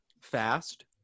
fast